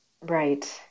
Right